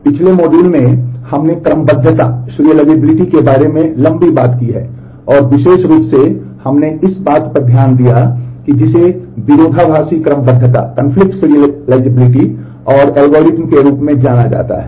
पिछले मॉड्यूल में हमने क्रमबद्धता के रूप में जाना जाता है